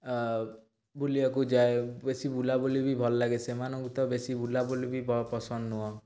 ଆଉ ବୁଲିବାକୁ ଯାଏ ବେଶୀ ବୁଲାବୁଲି ବି ଭଲ ଲାଗେ ସେମାନଙ୍କୁ ତ ବେଶୀ ବୁଲାବୁଲି ବି ପସନ୍ଦ ନୁହଁ